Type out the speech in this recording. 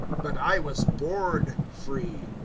but i was born free,